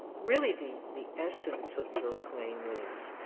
really the the essence of your claim is